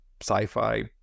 sci-fi